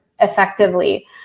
effectively